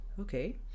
Okay